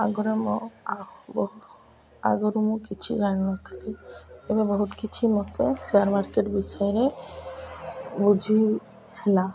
ଆଗରେ ମୋ ବହୁ ଆଗରୁ ମୁଁ କିଛି ଜାଣିନଥିଲି ଏବେ ବହୁତ କିଛି ମୋତେ ସେୟାର୍ ମାର୍କେଟ୍ ବିଷୟରେ ବୁଝିହେଲା